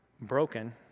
broken